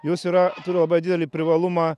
jos yra turi labai didelį privalumą